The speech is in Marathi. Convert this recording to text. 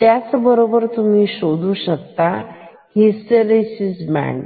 त्याचबरोबर तुम्ही शोधू शकता हिस्टरीसिस बँड